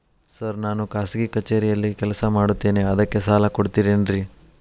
Sir ನಾನು ಖಾಸಗಿ ಕಚೇರಿಯಲ್ಲಿ ಕೆಲಸ ಮಾಡುತ್ತೇನೆ ಅದಕ್ಕೆ ಸಾಲ ಕೊಡ್ತೇರೇನ್ರಿ?